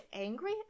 angry